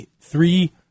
three